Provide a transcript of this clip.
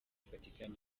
vatican